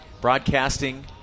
broadcasting